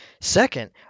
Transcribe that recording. Second